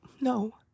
No